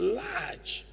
large